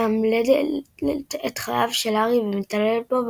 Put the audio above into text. מאמללת את חייו של הארי ומתעללת בו,